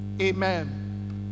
Amen